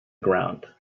ground